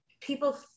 people